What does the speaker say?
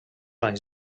anys